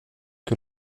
que